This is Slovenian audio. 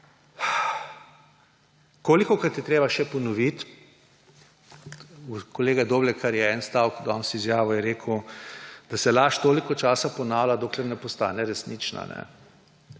Kolikokrat je treba še ponoviti − kolega Doblekar je en stavek danes izjavil, da se laž toliko časa ponavlja, dokler ne postane resnična.